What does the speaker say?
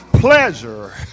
pleasure